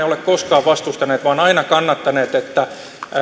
ole koskaan vastustaneet vaan aina kannattaneet että